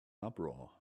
uproar